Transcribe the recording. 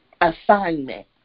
assignment